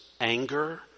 anger